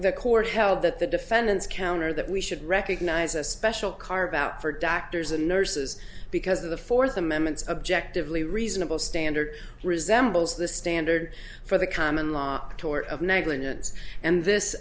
the court held that the defendants countered that we should recognize a special carve out for doctors and nurses because of the fourth amendment subjectively reasonable standard resembles the standard for the common law tort of negligence and this